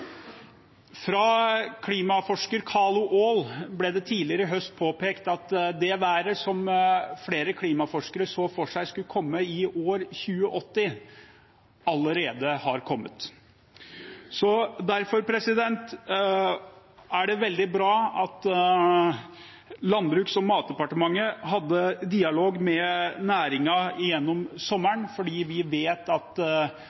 Fra klimaforsker Carlo Aall ble det tidligere i høst påpekt at det været som flere klimaforskere så for seg skulle komme i år 2080, allerede har kommet. Derfor er det veldig bra at Landbruks- og matdepartementet hadde dialog med næringen gjennom sommeren, fordi vi vet at